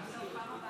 אם אתה אומר.